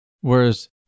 Whereas